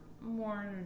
more